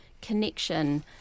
connection